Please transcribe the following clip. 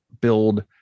build